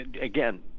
Again